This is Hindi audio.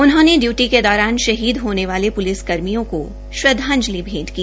उन्होंने डयूटी के दौरान शहीद होने वाले पुलिसकर्मियों को श्रद्धांजलि भेंट की